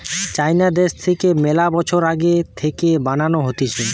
চাইনা দ্যাশ থাকে মেলা বছর আগে থাকে বানানো হতিছে